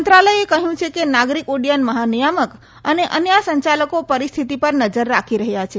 મંત્રાલયે કહ્યું છે કે નાગરિક ઉડ્ડયન મહા નિયામક અને અન્ય સંચાલકો પરિસ્થિતિ પર નજર રાખી રહ્યા છે